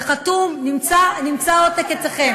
זה חתום, העותק נמצא אצלכם.